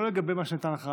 לא לגבי מה שנתן לך.